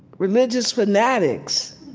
religious fanatics.